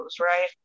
right